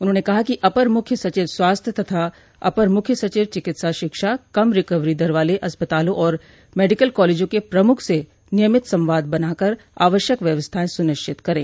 उन्होंने कहा कि अपर मुख्य सचिव स्वास्थ्य तथा अपर मुख्य सचिव चिकित्सा शिक्षा कम रिकवरी दर वाले अस्पतालों और मेडिकल कॉलेजों के प्रमुख से नियमित संवाद बनाकर आवश्यक व्यवस्थाएं सुनिश्चित करे